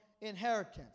inheritance